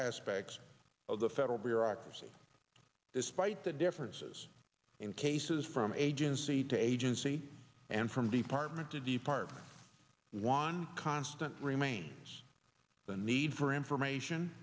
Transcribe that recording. aspects of the federal bureaucracy despite the differences in cases from agency to agency and from department to department one constant remains the need for information